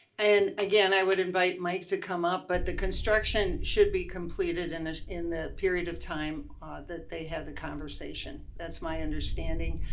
and again, i would invite mike to come up, but the construction should be completed in ah in the period of time that they had the conversation. that's my understanding.